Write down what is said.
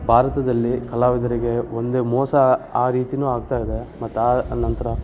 ಭಾರತದಲ್ಲಿ ಕಲಾವಿದರಿಗೆ ಒಂದು ಮೋಸ ಆ ರೀತಿಯೂ ಆಗ್ತಾ ಇದೆ ಮತ್ತು ಆ ಅನಂತರ